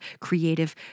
creative